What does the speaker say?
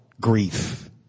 grief